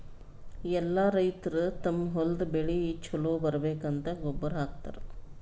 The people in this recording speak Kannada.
ಎಲ್ಲಾ ರೈತರ್ ತಮ್ಮ್ ಹೊಲದ್ ಬೆಳಿ ಛಲೋ ಬರ್ಬೇಕಂತ್ ಗೊಬ್ಬರ್ ಹಾಕತರ್